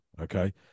okay